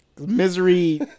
Misery